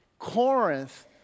Corinth